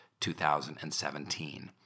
2017